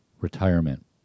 retirement